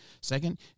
Second